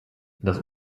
das